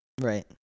Right